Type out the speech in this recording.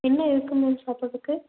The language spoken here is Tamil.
என்ன இருக்குதும்மா சாப்பிட்றத்துக்கு